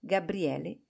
Gabriele